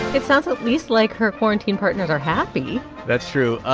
it sounds at least like her quarantine partners are happy that's true.